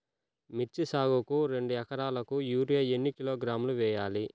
మిర్చి సాగుకు రెండు ఏకరాలకు యూరియా ఏన్ని కిలోగ్రాములు వేయాలి?